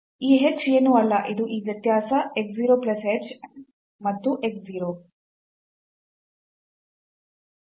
ಈ h ಏನೂ ಅಲ್ಲ ಅದು ಈ ವ್ಯತ್ಯಾಸ x 0 plus h and x 0